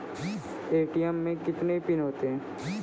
ATM मे कितने PIN होता हैं?